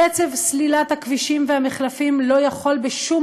קצב סלילת הכבישים והמחלפים לא יכול בשום